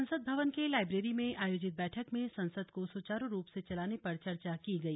संसद भवन के लाईब्रेरी में आयोजित बैठक में संसद को सुचारू रूप से चलाने पर चर्चा की गई